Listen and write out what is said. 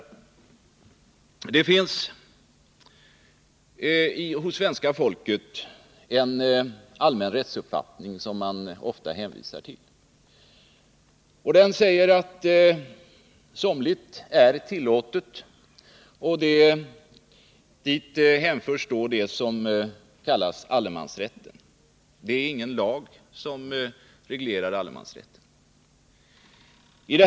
Det finns hos svenska folket en allmän rättsuppfattning som man ofta hänvisar till. Den säger att somligt är tillåtet, och dit hänförs det som kallas allemansrätten. Det är som 89 bekant ingen lag som reglerar allemansrätten.